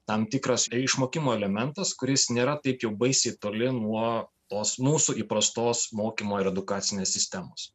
tam tikras išmokimo elementas kuris nėra taip jau baisiai toli nuo tos mūsų įprastos mokymo ir edukacinės sistemos